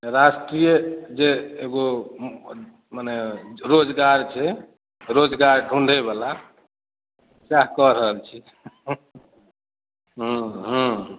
रष्ट्रीय रोजगार छै रोजगार ढूढ़यवाला सएह कय रहल छै हॅं हॅं